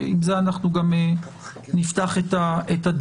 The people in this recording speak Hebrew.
עם זה גם נפתח את הדיון.